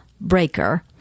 breaker